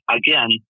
again